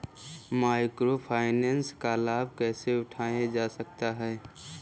Micro finance का लाभ कैसे उठाया जा सकता है?